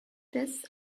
this